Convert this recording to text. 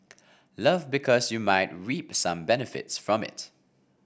love because you might reap some benefits from it